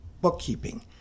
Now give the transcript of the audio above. bookkeeping